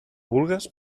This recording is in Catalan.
vulgues